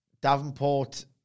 Davenport